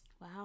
Wow